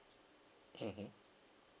mmhmm